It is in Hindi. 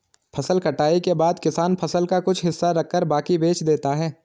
फसल कटाई के बाद किसान फसल का कुछ हिस्सा रखकर बाकी बेच देता है